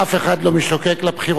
אף אחד לא משתוקק לבחירות,